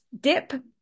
dip